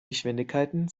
geschwindigkeiten